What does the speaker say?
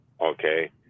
okay